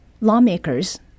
lawmakers